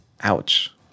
Ouch